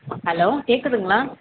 hello கேட்குதுங்களா